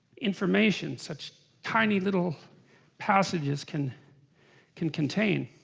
information such tiny little passages can can contain